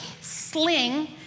sling